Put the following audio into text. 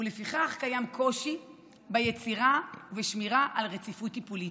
ולפיכך "קיים קושי ביצירה ובשמירה על רציפות טיפולית,